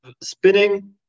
spinning